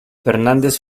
fernández